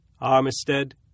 Armistead